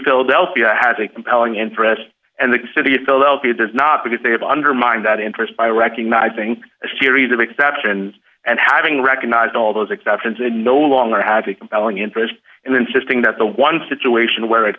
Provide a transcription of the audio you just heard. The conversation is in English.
philadelphia has a compelling interest and that the city of philadelphia does not because they have undermined that interest by recognizing a series of exceptions and having recognized all those exceptions and no longer have a compelling interest and insisting that the one situation where it